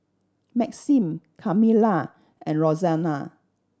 Maxim Kamilah and Roxanna